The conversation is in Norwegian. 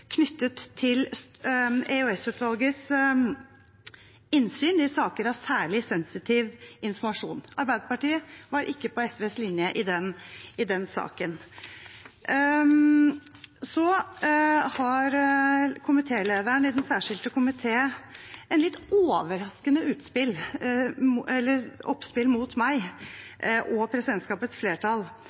knyttet til EOS-utvalgets innsyn i saker med særlig sensitiv informasjon. Arbeiderpartiet var ikke på SVs linje i den saken. Så har lederen i den særskilte komité et litt overraskende oppspill mot meg og presidentskapets flertall.